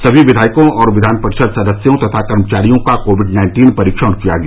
सभी विधायकों और विधानपरिषद सदस्यों तथा कर्मचारियों का कोविड नाइन्टीन परीक्षण किया गया